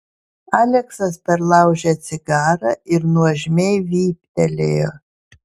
aleksas perlaužė cigarą ir nuožmiai vyptelėjo